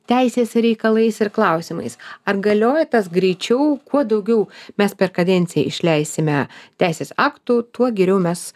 teisės reikalais ir klausimais ar galioja tas greičiau kuo daugiau mes per kadenciją išleisime teisės aktų tuo geriau mes